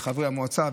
עם חברי המועצה,